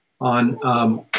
on